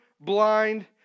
blind